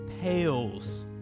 pales